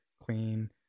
clean